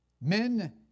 men